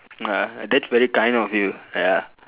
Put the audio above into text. ah that's very kind of you ya